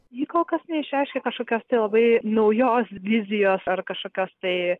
ji kol kas neišreiškė kažkokios tėvai naujos vizijos ar kažkokios tai